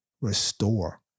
Restore